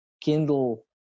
Kindle